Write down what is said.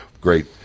Great